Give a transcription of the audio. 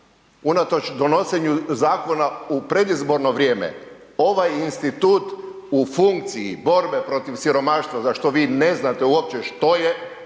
unatoč donosenju zakona u predizborno vrijeme ovaj institut u funkciji borbe protiv siromaštva za što vi uopće ne znate što je